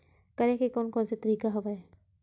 करे के कोन कोन से तरीका हवय?